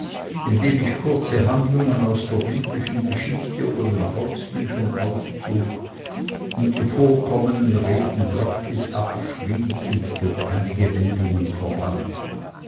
indem ich kurze handlungen aus der biblischen geschichte oder den volksbüchern auszog und die vorkommenden reden wörtlich abschrieb und durch einige wendungen verband